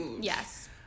Yes